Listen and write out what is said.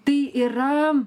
tai yra